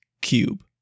cube